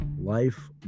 Life